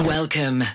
Welcome